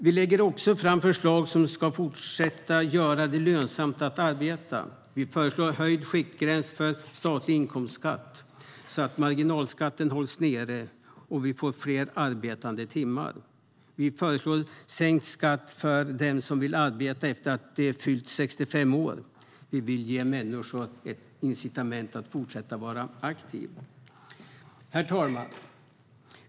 Vi lägger också fram förslag som ska fortsätta att göra det lönsamt att arbeta. Vi föreslår höjd skiktgräns för statlig inkomstskatt så att marginalskatten hålls nere och vi får fler arbetade timmar. Vi föreslår sänkt skatt för dem som vill arbeta efter att de fyllt 65 år. Vi vill ge människor ett incitament att fortsätta vara aktiva. Herr talman!